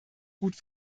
gut